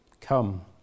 Come